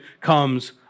comes